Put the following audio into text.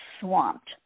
swamped